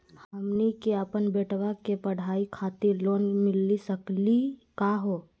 हमनी के अपन बेटवा के पढाई खातीर लोन मिली सकली का हो?